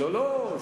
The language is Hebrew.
לא, לא.